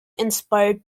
inspired